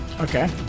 Okay